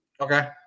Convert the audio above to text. Okay